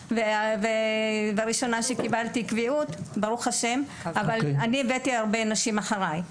והאישה הראשונה שקיבלה קביעות ואף הבאתי נשים רבות אחריי.